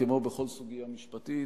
כמו בכל סוגיה משפטית,